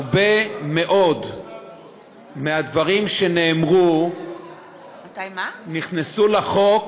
הרבה מאוד מהדברים שנאמרו נכנסו לחוק